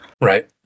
right